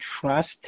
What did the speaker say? trust